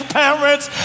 parents